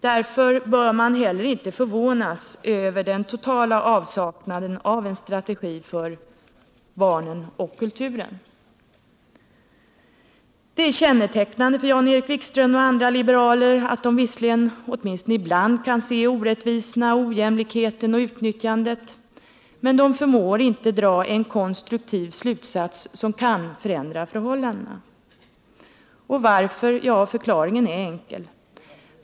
Därför bör man inte heller förvånas över den totala avsaknaden av en strategi för barnen och kulturen. Det är kännetecknande för Jan-Erik Wikström och andra liberaler att de visserligen, åtminstone ibland, kan se orättvisorna, ojämlikheten och utnyttjandet men inte förmår dra en konstruktiv slutsats som kan förändra förhållandena. Varför? Ja, förklaringen är enkel.